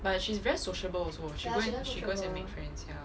but she's very sociable also she go and she goes and make friends ya